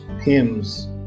hymns